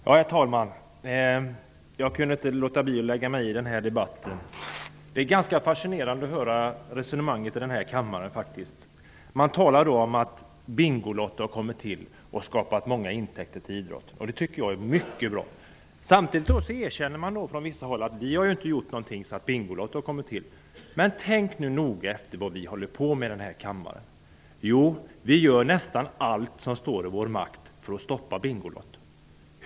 Herr talman! Jag kunde inte låta bli att lägga mig i den här debatten. Det är ganska fascinerande att höra resonemanget i den här kammaren. Det talas om att Bingolotto har kommit till och skapat många intäkter till idrotten. Det tycker jag är mycket bra. Samtidigt erkänner man från vissa håll att man inte har gjort någonting för att Bingolotto skulle komma till. Men tänk nu noga efter vad vi håller på med i den här kammaren! Vi gör nästan allt som står i vår makt för att stoppa Bingolotto.